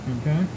Okay